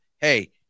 hey